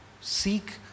seek